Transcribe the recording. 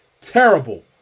Terrible